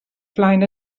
flaen